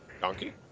Donkey